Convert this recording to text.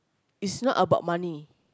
is not about money